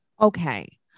okay